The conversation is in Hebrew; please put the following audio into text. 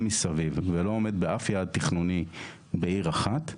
מסביב ולא עומד באף יעד תכנוני בעיר אחת,